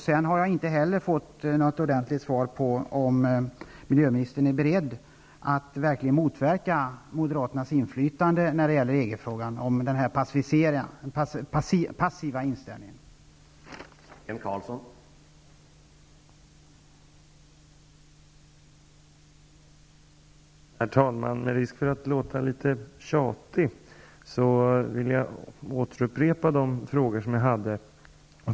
Jag har inte heller fått något ordentligt svar på om miljöministern verkligen är beredd att motverka moderaternas inflytande när det gäller en passiv inställning i EG-frågan.